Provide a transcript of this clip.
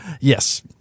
Yes